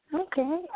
Okay